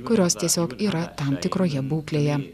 kurios tiesiog yra tam tikroje būklėje